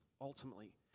ultimately